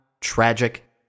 tragic